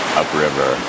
upriver